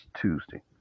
Tuesday